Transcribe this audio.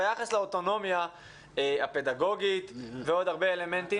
ביחס לאוטונומיה הפדגוגית ועוד הרבה אלמנטים.